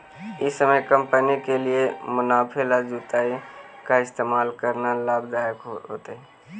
ई समय कंपनी के लिए मुनाफे ला जुताई का इस्तेमाल करना लाभ दायक होतई